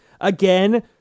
again